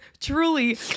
truly